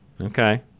Okay